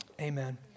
amen